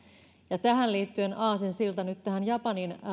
ja tähän liittyen aasinsilta nyt tähän japanin